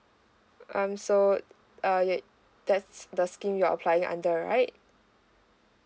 um so uh yeuh that's the skin your apply under right